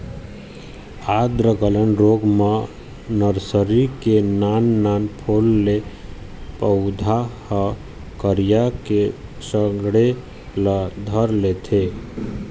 आद्र गलन रोग म नरसरी के नान नान फूल के पउधा ह करिया के सड़े ल धर लेथे